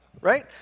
right